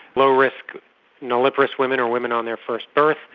low risk nulliparous women or women on their first birth,